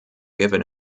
given